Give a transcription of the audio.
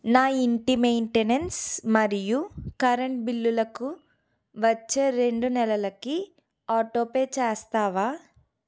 నా ఇంటి మెయింటెనెన్స్ మరియు కరెంట్ బిల్లులకు వచ్చే రెండు నెలలకి ఆటోపే చేస్తావా